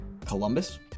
Columbus